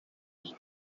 nodes